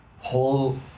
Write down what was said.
whole